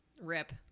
Rip